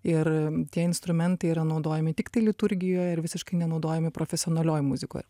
ir tie instrumentai yra naudojami tiktai liturgijoje ir visiškai nenaudojami profesionalioj muzikoj